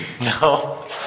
No